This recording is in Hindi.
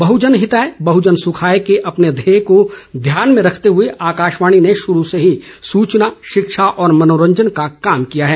बहुजन हिताय बहुजन सुखाय के अपने ध्येय को ध्यान में रखते हुए आकाशवाणी ने शुरु से ही सूचना शिक्षा और मनोरंजन का कार्य किया है